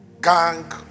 gang